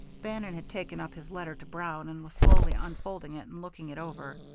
bannon had taken up his letter to brown, and was slowly unfolding it and looking it over.